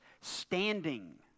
Standing